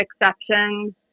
exceptions